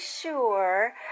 sure